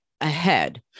ahead